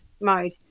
mode